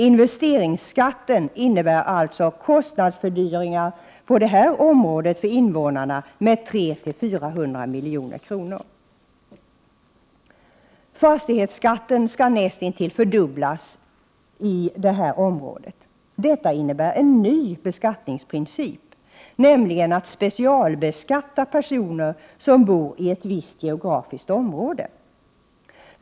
Investeringsskatten innebär alltså kostnadsfördyringar på detta område för invånarna med 300-400 milj.kr. Fastighetsskatten skall näst intill fördubblas i Stockholmsregionen. Detta innebär en ny beskattningsprincip, nämligen att specialbeskatta personer som bor i visst geografiskt område.